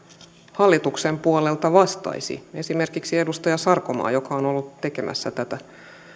hallituksen puolelta vastaisi esimerkiksi edustaja sarkomaa joka on ollut tekemässä tätä